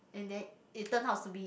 and then it turns out to be